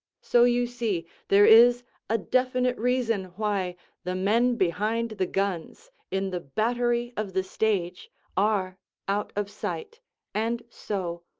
so you see there is a definite reason why the men behind the guns in the battery of the stage are out of sight and so,